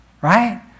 right